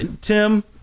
Tim